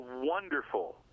wonderful